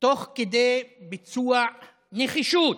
תוך כדי ביצוע בנחישות,